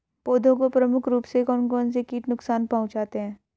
पौधों को प्रमुख रूप से कौन कौन से कीट नुकसान पहुंचाते हैं?